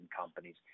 companies